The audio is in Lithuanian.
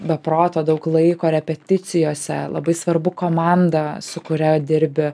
be proto daug laiko repeticijose labai svarbu komanda su kuria dirbi